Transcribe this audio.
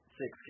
six